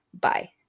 bye